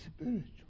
spiritual